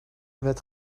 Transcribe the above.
werd